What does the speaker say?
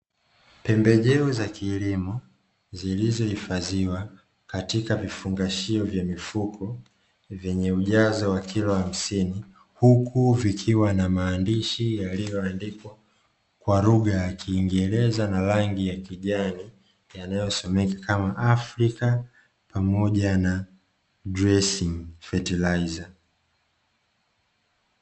Pembejeo za kilimo zilizohifadhiwa katika vifungashio vya mifuko vyenye ujazo wa kilo hamsini, huku vikiwa na maandishi, yaliyoandikwa kwa lugha ya kiingereza na rangi ya kijani yanayosomeka kama ''AFRICA'' pamoja na ''DRESSING FERTILIZER''.